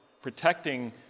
Protecting